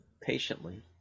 Patiently